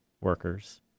workers